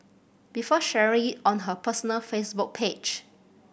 before sharing it on her personal Facebook page